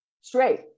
Straight